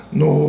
no